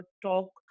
talk